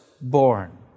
born